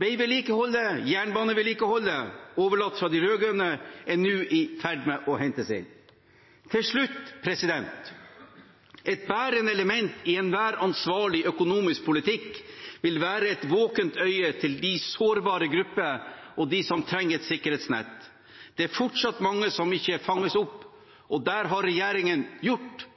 Veivedlikeholdet, jerbanevedlikeholdet overlatt fra de rød-grønne, er nå i ferd med å hentes inn. Til slutt: Et bærende element i enhver ansvarlig økonomisk politikk vil være å ha et våkent øye til de sårbare gruppene og til dem som trenger et sikkerhetsnett. Det er fortsatt mange som ikke fanges opp, og der har regjeringen